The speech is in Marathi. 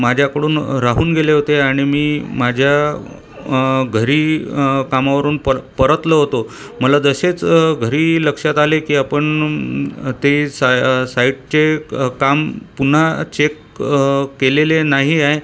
माझ्याकडून राहून गेले होते आणि मी माझ्या घरी कामावरून पर परतलो होतो मला जसेच घरी लक्षात आले की आपण ते सा साईटचे कं काम पुन्हा चेक केलेले नाही आहे